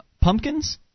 pumpkins